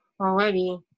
already